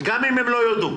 גם אם הם לא יודו.